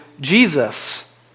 Jesus